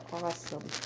awesome